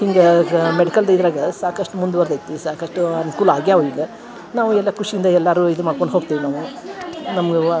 ಹಿಂಗೆ ಮೆಡಿಕಲ್ ಇದ್ರಾಗ ಸಾಕಷ್ಟು ಮುಂದವರ್ದೈತಿ ಸಾಕಷ್ಟು ಅನುಕೂಲ ಆಗ್ಯಾವ ಈಗ ನಾವು ಎಲ್ಲ ಖುಷಿಯಿಂದ ಎಲ್ಲಾರು ಇದು ಮಾಡ್ಕೊಂಡು ಹೊಗ್ತಿವಿ ನಾವು ನಮ್ಗ